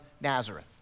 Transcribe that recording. Nazareth